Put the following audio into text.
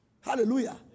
Hallelujah